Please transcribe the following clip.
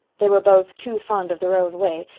they were both too fond of their own way,